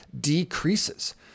decreases